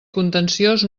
contenciós